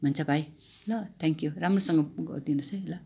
हुन्छ भाइ ल थ्याङ्कयू राम्रोसँग गरिदिनुहोस् है ल थ्याङ्कयू